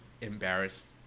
embarrassed